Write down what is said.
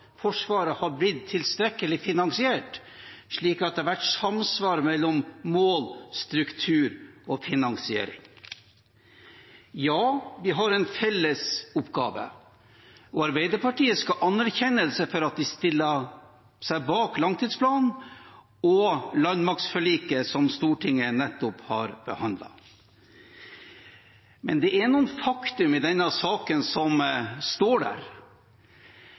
Forsvaret har blitt tilstrekkelig finansiert, slik at det har vært samsvar mellom mål, struktur og finansiering. Ja, vi har en felles oppgave, og Arbeiderpartiet skal ha anerkjennelse for at de stiller seg bak langtidsplanen og landmaktforliket som Stortinget nettopp har behandlet. Men det er noen fakta i denne saken som står der.